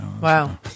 wow